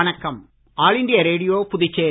வணக்கம் all India radio Puducherry